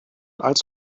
als